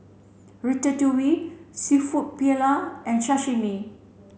Ratatouille Seafood Paella and Sashimi